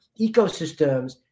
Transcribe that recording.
ecosystems